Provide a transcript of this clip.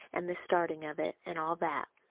and the starting of it, and all that.